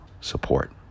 support